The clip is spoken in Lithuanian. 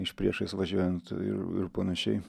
iš priešais važiuojant ir ir panašiai